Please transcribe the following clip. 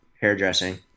hairdressing